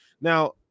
Now